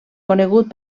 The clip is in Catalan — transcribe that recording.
conegut